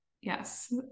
Yes